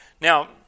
Now